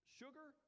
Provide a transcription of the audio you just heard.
sugar